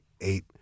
eight